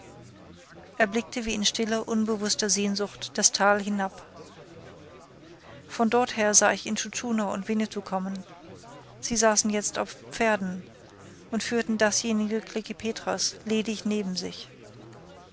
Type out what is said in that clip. er blickte wie in stiller unbewußter sehnsucht das tal hinab von dorther sah ich intschu tschuna und winnetou kommen sie saßen jetzt auf pferden und führten dasjenige klekih petras ledig neben sich